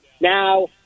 now